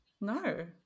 no